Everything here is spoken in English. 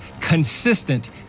consistent